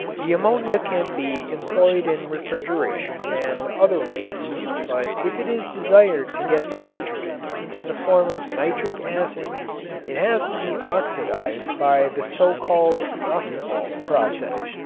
the ammonia can be employed in refrigeration and other ways but if it is desired to get the nitrogen into the form of nitric acid it has to be oxidized by the so-called ostwald process.